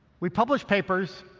we publish papers,